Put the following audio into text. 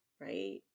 right